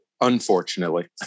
Unfortunately